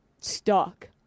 stuck